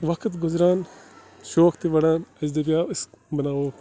وَقت گُزران شوق تہِ بَڑان اَسہِ دَپیو أسۍ بَناوو